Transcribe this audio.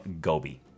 Gobi